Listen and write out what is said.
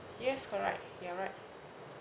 yes correct you're right